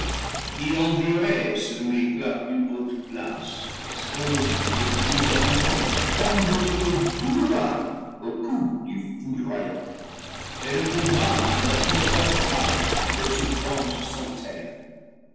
qui envierait celui que la plus haute place expose le plus en avant comme votre boulevard aux coups du foudroyant et le condamne à la plus forte part des souffrances sans terme